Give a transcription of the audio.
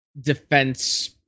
defense